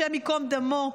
השם ייקום דמו,